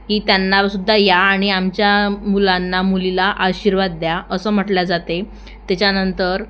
की त्यांना सुद्धा या आणि आमच्या मुलांना मुलीला आशीर्वाद द्या असं म्हटलं जाते त्याच्यानंतर